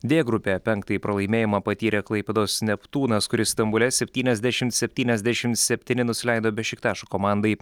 d grupėje penktąjį pralaimėjimą patyrė klaipėdos neptūnas kuris stambule septyniasdešim septyniasdešim septyni nusileido bešiktašo komandai